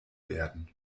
werden